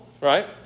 Right